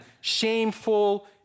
shameful